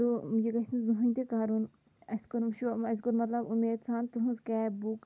تہٕ یہِ گژھِ نہٕ زٕہٕنٛۍ تہِ کَرُن اَسہِ کوٚرُم شو اَسہِ کوٚر مَطلَب اُمید سان تُہٕنٛز کیب بُک